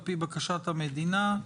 על פי בקשת המדינה,